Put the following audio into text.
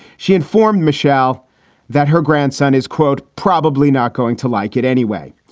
she informed michelle that her grandson is, quote, probably not going to like it anyway.